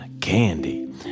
candy